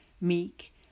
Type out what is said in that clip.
meek